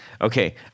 Okay